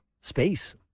space